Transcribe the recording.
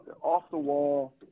off-the-wall